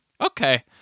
okay